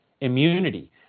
immunity